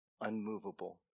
unmovable